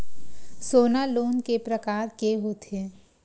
सोना लोन के प्रकार के होथे?